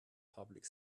public